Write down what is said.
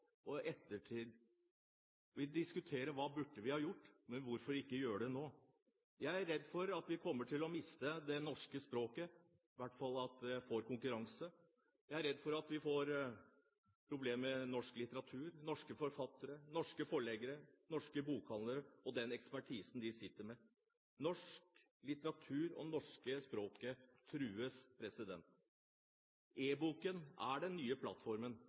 ettertid diskuterer vi hva vi burde ha gjort. Men hvorfor ikke gjøre det nå? Jeg er redd for at vi kommer til å miste det norske språket, i hvert fall at det får konkurranse. Jeg er redd for at vi får problemer for norsk litteratur – norske forfattere, norske forleggere, norske bokhandlere, som er ekspertisen. Norsk litteratur og det norske språket trues. E-boken er den nye plattformen,